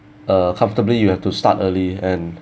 uh comfortably you have to start early and